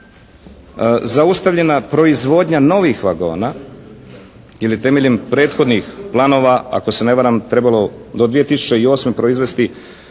zaustavljena proizvodnja novih vagona ili temeljem prethodnih planova ako se ne varam trebalo do 2008. proizvesti